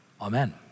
Amen